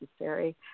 necessary